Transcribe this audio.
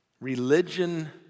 Religion